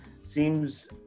seems